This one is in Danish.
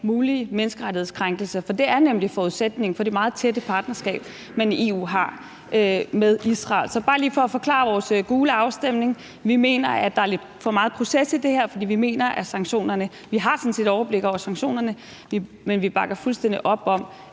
mulige menneskerettighedskrænkelser. For det er nemlig forudsætningen for det meget tætte partnerskab, man har i EU med Israel. Så bare lige for at forklare vores gule stemme: Vi mener, at der er lidt for meget proces i det her, for vi mener, at vi sådan set har overblik over sanktionerne. Men vi bakker fuldstændig op om,